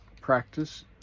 practice